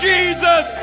Jesus